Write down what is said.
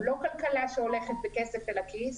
הוא לא כלכלה שהולכת בכסף אל הכיס.